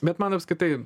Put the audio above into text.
bet man apskritai